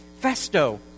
Festo